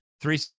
three